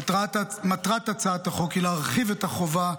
מטרת הצעת החוק היא להרחיב את החובה,